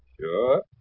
Sure